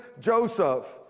Joseph